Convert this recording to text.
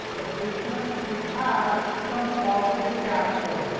the business should have some positive cash flow.